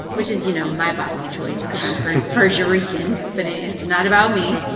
which is, you know, my box of choice because i'm persia persia rican, but it's not about me